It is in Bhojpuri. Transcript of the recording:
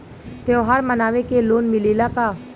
त्योहार मनावे के लोन मिलेला का?